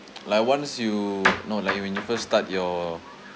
like once you know like you when you first start your